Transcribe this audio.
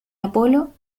apolo